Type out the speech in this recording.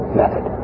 method